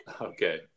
okay